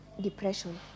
depression